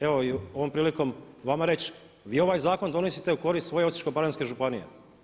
Evo ovom prilikom želim vama reći vi ovaj zakon donosite u korist svoje Osječko-baranjske županije.